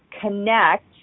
connect